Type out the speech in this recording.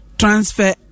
transfer